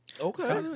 Okay